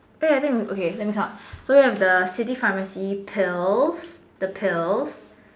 eh I think okay let me count so we have the city pharmacy pills the pills